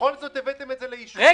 --- ובכל זאת הבאתם את זה לאישור?